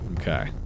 Okay